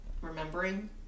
remembering